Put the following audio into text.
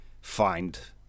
find